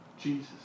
Jesus